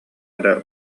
эрэ